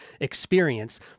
experience